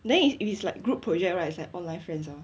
then if if it's like group project right is like online friends lor